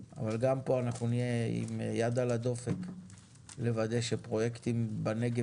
אבל גם פה אנחנו נהיה עם יד על הדופק לוודא שפרויקטים בנגב